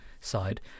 side